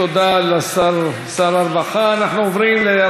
תודה רבה.